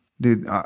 Dude